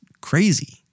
crazy